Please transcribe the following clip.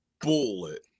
bullet